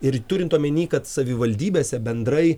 ir turint omeny kad savivaldybėse bendrai